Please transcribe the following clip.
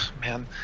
man